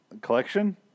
collection